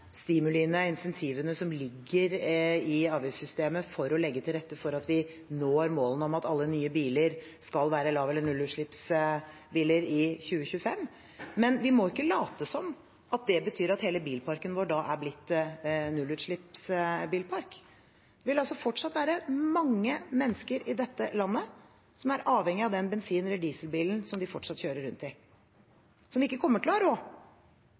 stimuliene og incentivene som ligger i avgiftssystemet, for å legge til rette for at vi når målene om at alle nye biler skal være lav- eller nullutslippsbiler i 2025. Men vi må ikke late som at det betyr at hele bilparken vår da er blitt nullutslippsbilpark. Det vil fortsatt være mange mennesker i dette landet som er avhengig av den bensin- eller dieselbilen som de fortsatt kjører rundt i, og som ikke kommer til å